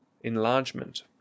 enlargement